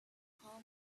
call